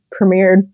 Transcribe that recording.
premiered